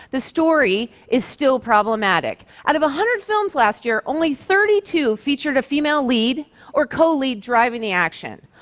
the story is still problematic. out of a hundred films last year, only thirty two featured a female lead or colead driving the action.